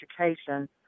Education